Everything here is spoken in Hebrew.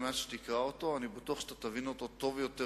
אלא מפאת כבודך אני לא מתכוון לשאול אותך אף